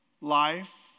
Life